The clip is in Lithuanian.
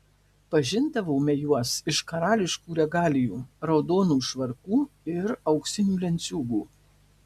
pažindavome juos iš karališkų regalijų raudonų švarkų ir auksinių lenciūgų